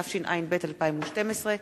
התשע"ב 2012,